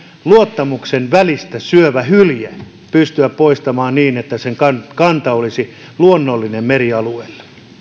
luottamuksen välistä syövä hylje pystyä poistamaan niin että sen kanta kanta olisi luonnollinen merialueilla